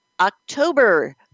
October